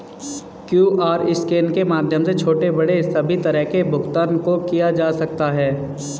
QR scan के माध्यम से छोटे बड़े सभी तरह के भुगतान को किया जा सकता है